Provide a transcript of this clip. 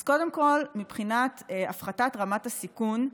אז קודם כול, מבחינת הפחתת רמת הסיכון,